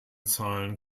zahlen